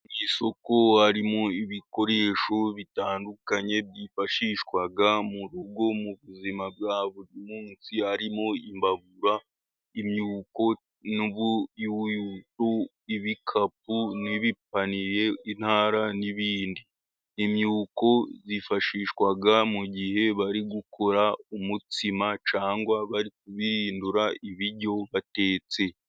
Isoko harimo ibikoresho bitandukanye byifashishwa mu rugo mu buzima bwa buri munsi. Harimo imbabura, imyuko, ibikapu, n'ibipaniye, intara n'ibindi. Imyuko yifashishwa mu gihe bari gukura umutsima cyangwa baribirihindura ibiryo batetse.